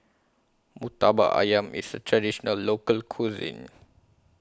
Murtabak Ayam IS A Traditional Local Cuisine